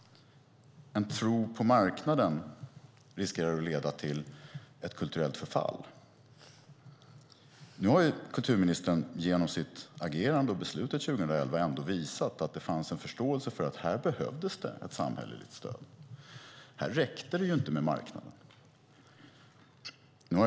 En tro på marknaden riskerar att leda till ett kulturellt förfall. Dock har kulturministern genom sitt agerande och genom beslutet 2011 visat att det fanns en förståelse för att det behövdes ett samhälleligt stöd. Det räckte inte med marknaden.